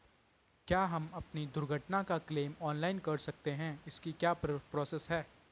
क्या हम अपनी दुर्घटना का क्लेम ऑनलाइन कर सकते हैं इसकी क्या प्रोसेस है?